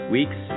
Weeks